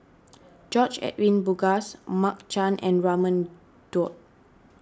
George Edwin Bogaars Mark Chan and Raman Daud